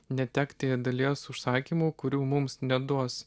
netekti dalies užsakymų kurių mums neduos